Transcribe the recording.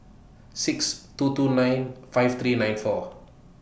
six two two nine five three nine four